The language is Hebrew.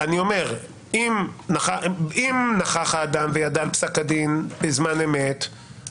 אם נכח האדם וידע על פסק הדין בזמן אמת,